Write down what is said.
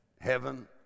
Heaven